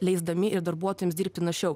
leisdami ir darbuotojams dirbti našiau